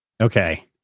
okay